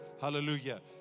Hallelujah